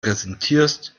präsentierst